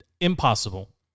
impossible